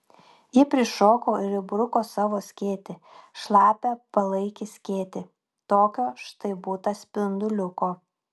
ji prišoko ir įbruko savo skėtį šlapią palaikį skėtį tokio štai būta spinduliuko